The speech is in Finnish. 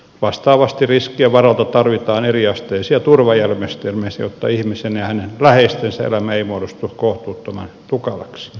vastaavasti riskien varalta tarvitaan eriasteisia turvajärjestelmiä jotta ihmisen ja hänen läheistensä elämä ei muodostu kohtuuttoman tukalaksi